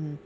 mm